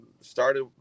started